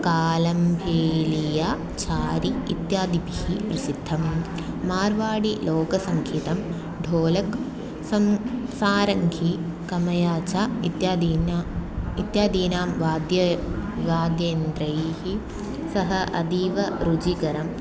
कालम्भेलिया चारि इत्यादिभिः प्रसिद्धं मार्वाडिलोकसङ्गीतं ढोलक् सं सारङ्घी कमयाच इत्यादीनां इत्यादीनां वाद्यानां वाद्ययन्त्रैः सः अतीव रुचिकरम्